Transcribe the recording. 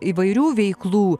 įvairių veiklų